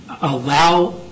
allow